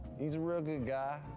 he's a real good guy,